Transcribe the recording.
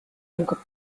algab